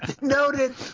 noted